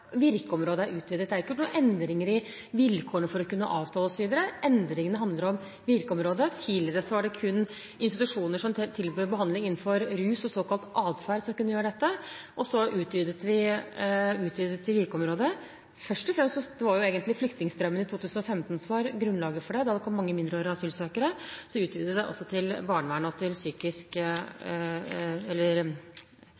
er utvidet. Det er ikke gjort noen endringer i vilkårene for å kunne avtale, osv. Endringene handler om virkeområdet. Tidligere var det kun institusjoner som tilbød behandling innenfor rus og såkalt adferd som kunne gjøre dette, og så utvidet vi virkeområdet. Det var jo egentlig flyktningstrømmen i 2015 som var grunnlaget for det – da kom det mange mindreårige asylsøkere. Så utvidet vi det også til barnevernet og til psykisk